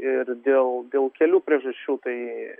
ir dėl dėl kelių priežasčių tai